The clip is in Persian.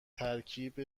ترکیب